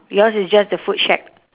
yours is just the food shack